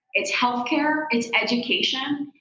it's healthcare, it's education,